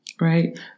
right